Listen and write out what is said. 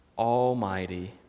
almighty